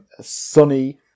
sunny